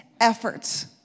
efforts